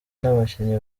n’abakinnyi